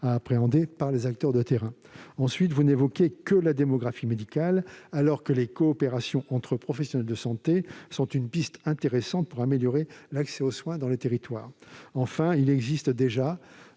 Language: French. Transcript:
à appréhender par les acteurs de terrain. Ensuite, vous n'évoquez que la démographie médicale alors que les coopérations entre professionnels de santé sont une piste intéressante pour améliorer l'accès aux soins dans les territoires. Enfin, il existe déjà